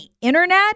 internet